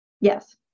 Yes